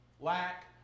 lack